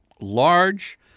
large